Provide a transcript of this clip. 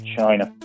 China